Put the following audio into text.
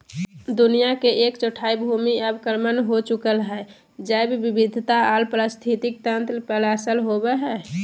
दुनिया के एक चौथाई भूमि अवक्रमण हो चुकल हई, जैव विविधता आर पारिस्थितिक तंत्र पर असर होवई हई